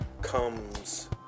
comes